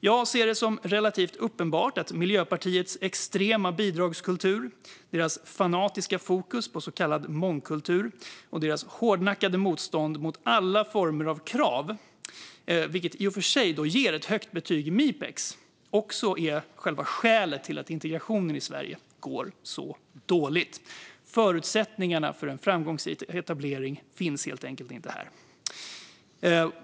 Jag ser det som relativt uppenbart att Miljöpartiets extrema bidragskultur, fanatiska fokus på så kallad mångkultur och hårdnackade motstånd mot alla former av krav - vilket i och för sig ger ett högt betyg i Mipex - är själva skälet till att integrationen i Sverige går så dåligt. Förutsättningarna för framgångsrik etablering finns helt enkelt inte här.